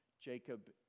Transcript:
Jacob